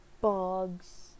bugs